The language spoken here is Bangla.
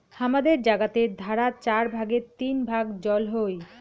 হামাদের জাগাতের ধারা চার ভাগের তিন ভাগ জল হই